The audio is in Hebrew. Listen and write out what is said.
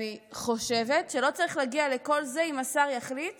אני חושבת שלא צריך להגיע לכל זה אם השר יחליט